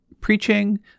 preaching